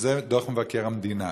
וזה דוח מבקר המדינה,